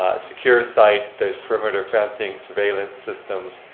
secure site, there's perimeter fencing, surveillance systems,